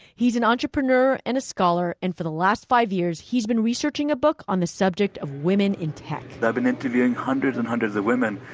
he's an entrepreneur and scholar. and for the last five years, he's been researching a book on the subject of women in tech i've been interviewing hundreds and hundreds of women,